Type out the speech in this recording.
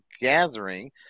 gathering